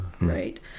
Right